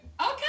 okay